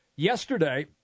Yesterday